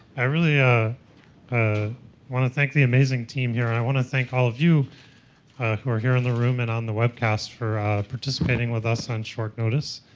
i really ah ah want to thank the amazing team here. and i want to thank all of you who are here in the room and on the webcast for participating with us on short notice.